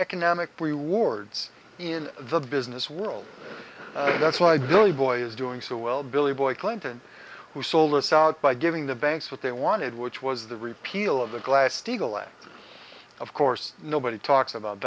economic rewards in the business world that's why the only boy is doing so well billy boy clinton who sold us out by giving the banks what they wanted which was the repeal of the glass steagall act of course nobody talks about